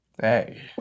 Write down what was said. hey